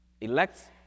elects